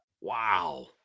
Wow